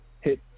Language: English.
Hit